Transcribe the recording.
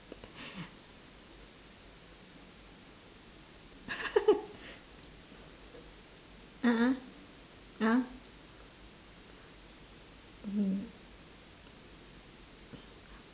a'ah a'ah mm